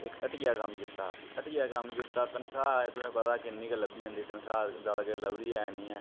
इक ह्ट्टियै कम्म कीता हट्टियै कम्म कीता तनखाह् ऐ तोहें गी पता गै किन्नी गै लब्भी जंदी तनखाह् ज्यादा किश लभदी ऐ नी ऐ